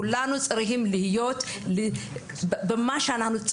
כולנו צריכים להיות גאים במה שאנחנו.